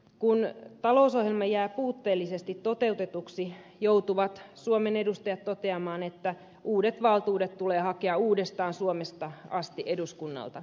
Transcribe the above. kun talousohjelma jää puutteellisesti toteutetuksi joutuvat suomen edustajat toteamaan että uudet valtuudet tulee hakea uudestaan suomesta asti eduskunnalta